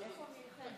איפה מיכאל אדרי,